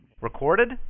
Recorded